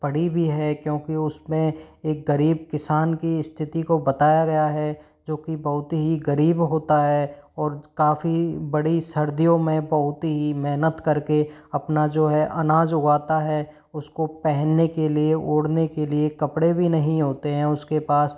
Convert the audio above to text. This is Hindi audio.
पढ़ी भी है क्योंकि उसमें एक गरीब किसान की स्थिति को बताया गया है जो की बहुत ही गरीब होता है और काफ़ी बड़ी सर्दियों में बहुत ही मेहनत करके अपना जो है अनाज उगाता है उसको पहनने के लिए ओढ़ने के लिए कपड़े भी नहीं होते हैं उसके पास